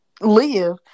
live